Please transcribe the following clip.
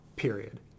Period